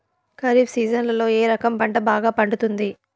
ఖరీఫ్ సీజన్లలో ఏ రకం పంట బాగా పండుతుంది